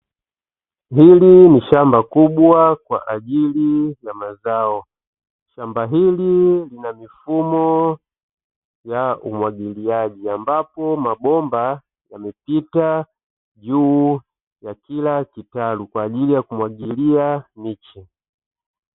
Hili ni shamba kubwa kwa ajili ya mazao. Shamba hili lina mifumo ya umwagiliaji, ambapo mabomba yamepita juu ya kila kitalu kwa ajili ya kumwagilia miche.